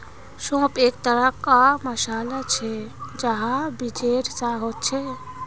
सौंफ एक तरह कार मसाला छे जे हरा बीजेर सा होचे